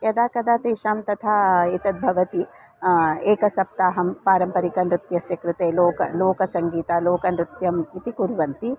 यदा कदा तेषां तथा एतद्भवति एकसप्ताहं पारम्परिकनृत्यस्य कृते लोक लोकसङ्गीतं लोकनृत्यम् इति कुर्वन्ति